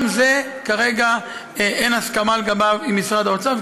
גם על זה כרגע אין הסכמה עם משרד האוצר.